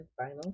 final